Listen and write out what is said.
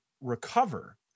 recover